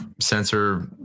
sensor